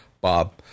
Bob